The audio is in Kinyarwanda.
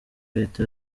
leta